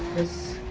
as